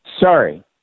Sorry